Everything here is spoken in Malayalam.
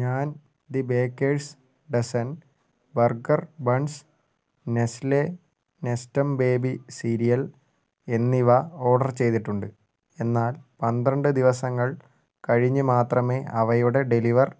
ഞാൻ The Baker's Dozen burger buns Nestle Nestum baby cereal എന്നിവ ഓർഡർ ചെയ്തിട്ടുണ്ട് എന്നാൽ പന്ത്രണ്ട് ദിവസങ്ങൾ കഴിഞ്ഞ് മാത്രമേ അവയുടെ ഡെലിവർ